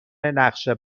نقشه